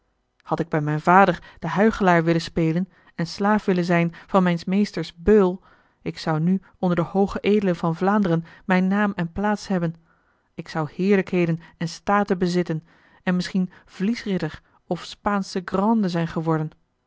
had ik bij mijn vader den huichelaar willen spelen en slaaf willen zijn van mijns meesters beul ik zou nu onder de hooge edelen van vlaanderen mijn naam en plaats hebben ik zou heerlijkheden en staten bezitten en misschien vliesridder of spaansche grande zijn geworden